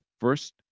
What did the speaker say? first